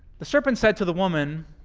the serpent said to the woman,